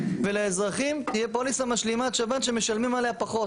ולאזרחים תהיה פוליסה משלימת שב"ן שמשלמים עליה פחות.